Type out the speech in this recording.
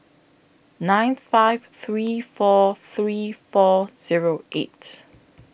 nine five three four three four Zero eight